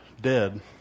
dead